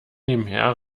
nebenher